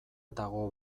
dago